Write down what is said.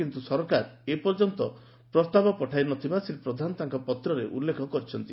କିନ୍ତୁ ସରକାର ଏପର୍ଯ୍ୟନ୍ତ ପ୍ରସ୍ତାବ ପଠାଇ ନ ଥିବା ଶ୍ରୀ ପ୍ରଧାନ ତାଙ୍କ ପତ୍ରରେ ଉଲ୍ଲେଖ କରିଛନ୍ତି